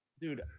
dude